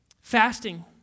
Fasting